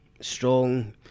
strong